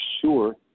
sure